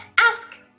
ask